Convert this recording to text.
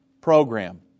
program